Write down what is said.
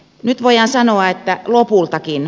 nyt voidaan sanoa että lopultakin